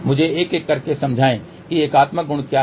मुझे एक एक करके समझाएं कि एकात्मक गुण क्या है